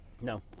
No